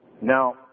Now